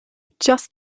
just